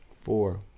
Four